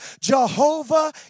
Jehovah